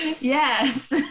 Yes